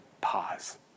pause